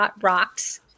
rocks